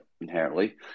inherently